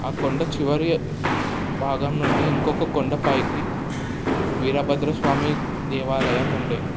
ఆ కొండ చివరి భాగం నుండి ఇంకొక కొండ పైకి వీరభద్ర స్వామి దేవాలయం ఉండే